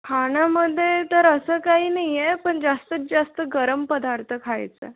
खाण्यामध्ये तर असं काही नाही आहे पण जास्तीत जास्त गरम पदार्थ खायचं